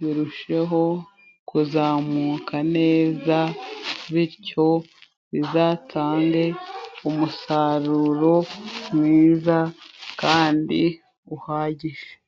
birusheho kuzamuka neza bityo bizatange umusaruro mwiza kandi uhagije.